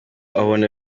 abona